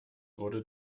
wurde